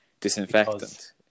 disinfectant